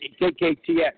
KKTX